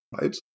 right